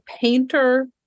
painter